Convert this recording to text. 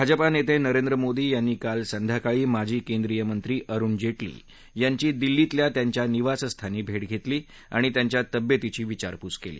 भाजपा नेते नरेंद्र मोदी यांनी काल संध्याकाळी माजी केंद्रीय मंत्री अरुण जेटली यांची दिल्लीतल्या त्यांच्या निवासस्थानी भेट घेतली आणि त्यांच्या तव्येतीची विचारपूस केली